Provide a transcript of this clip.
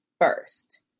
first